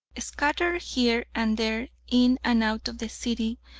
scattered here and there, in and out of the city,